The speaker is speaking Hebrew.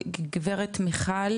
גב' מיכל